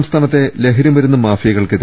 സംസ്ഥാനത്തെ ലഹരി മരുന്ന് മാഫിയകൾക്കെ